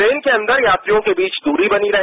train के अंदर यात्रियों के बीचदूरी बनी रहे